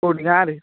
କେଉଁଠି ଗାଁରେ